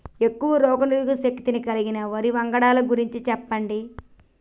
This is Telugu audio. ఎక్కువ రోగనిరోధక శక్తి కలిగిన వరి వంగడాల గురించి చెప్పండి?